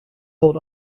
hold